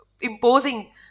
imposing